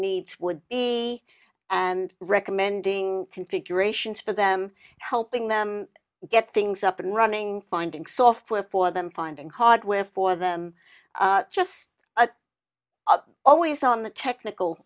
needs would be and recommending configurations for them helping them get things up and running finding software for them finding hardware for them just always on the technical